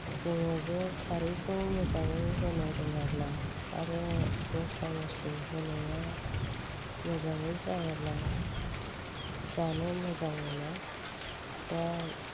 जोङो बे खारैखौ मोजाङै होनो रोङाब्ला आरो मस्ला मस्लि होनाया मोजाङै जायाब्ला जानो मोजां मोना दा